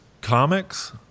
comics